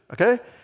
Okay